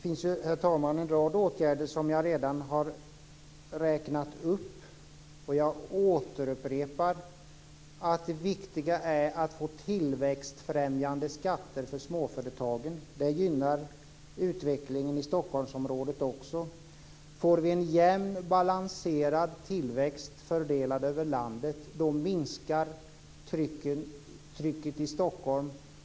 Herr talman! Jag har redan räknat upp en rad åtgärder. Jag upprepar att det viktiga är att det blir tillväxtfrämjande skatter för småföretagen. Det gynnar också utvecklingen i Stockholmsområdet. Om vi får en jämn och balanserad tillväxt fördelad över landet minskar trycket i Stockholm.